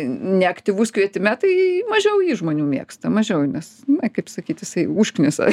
neaktyvus kvietime tai mažiau jį žmonių mėgsta mažiau nes na kaip sakyt jisai užknisa